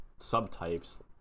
subtypes